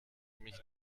mich